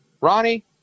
Ronnie